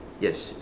yes